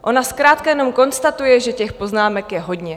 Ona zkrátka jenom konstatuje, že těch poznámek je hodně.